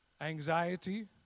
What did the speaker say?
anxiety